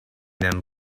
them